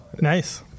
Nice